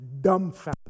dumbfounded